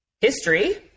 history